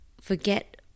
forget